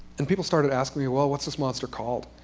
and people started asking me, well, what's this monster called?